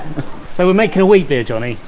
so we're making a wheat beer johnny.